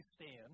stand